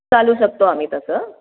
चालू शकतो आम्ही तसं